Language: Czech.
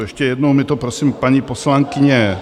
Ještě jednou mi to, prosím, paní poslankyně...